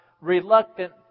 reluctant